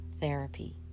therapy